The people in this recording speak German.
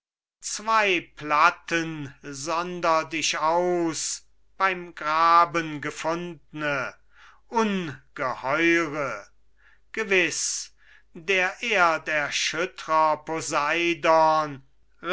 zwei platten sondert ich aus beim graben gefundne ungeheure gewiß der erderschüttrer